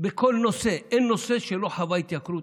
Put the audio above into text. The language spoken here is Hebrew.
בכל נושא, אין נושא שלא חווה התייקרות,